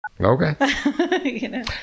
Okay